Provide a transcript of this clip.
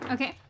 Okay